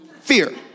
Fear